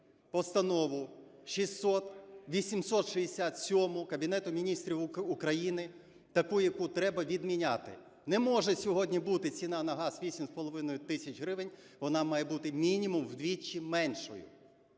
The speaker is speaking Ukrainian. Постанову 867 Кабінету Міністрів України таку, яку треба відміняти. Не може сьогодні бути ціна на газ вісім з половиною тисяч гривень, вона має бути мінімум вдвічі меншою.